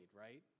right